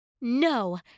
No